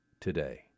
today